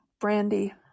Brandy